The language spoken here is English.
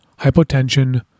hypotension